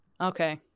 Okay